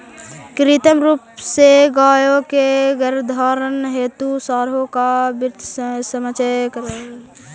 कृत्रिम रूप से गायों के गर्भधारण हेतु साँडों का वीर्य संचय करके इंजेक्ट करे पड़ हई